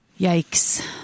Yikes